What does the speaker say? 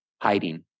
hiding